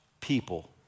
people